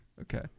Okay